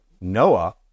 Noah